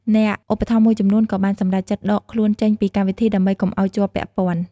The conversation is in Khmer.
អ្នកឧបត្ថម្ភមួយចំនួនក៏បានសម្រេចចិត្តដកខ្លួនចេញពីកម្មវិធីដើម្បីកុំឲ្យជាប់ពាក់ព័ន្ធ។